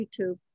youtube